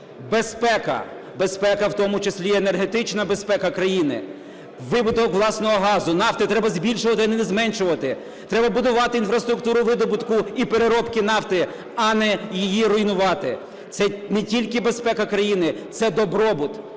Безпека, в тому числі енергетична безпека країни. Видобуток власного газу, нафти треба збільшувати, а не зменшувати. Треба будувати інфраструктуру видобутку і переробки нафти, а не її руйнувати. Це не тільки безпека країни це добробут.